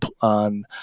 on –